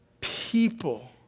people